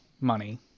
money